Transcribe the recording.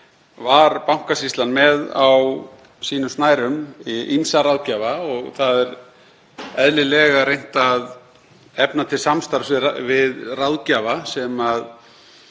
var Bankasýslan með á sínum snærum ýmsa ráðgjafa. Það er eðlilega reynt að efna til samstarfs við ráðgjafa sem